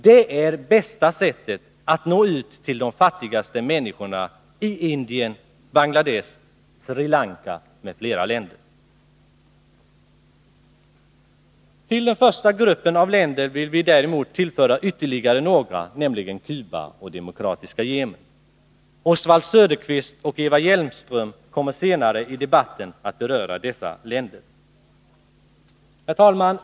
Det är bästa sättet att nå ut till de fattigaste människorna i Indien, Bangladesh, Sri Lanka m.fl. länder. Till den första gruppen av länder vill vi däremot tillföra ytterligare några, nämligen Cuba och Demokratiska folkrepubliken Yemen. Oswald Söderqvist och Eva Hjelmström kommer senare i debatten att beröra dessa länder.